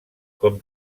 com